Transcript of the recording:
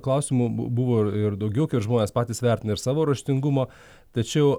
klausimų buvo ir daugiau žmonės patys vertino ir savo raštingumą tačiau